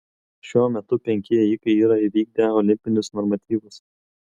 šiuo metu penki ėjikai yra įvykdę olimpinius normatyvus